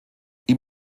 ihm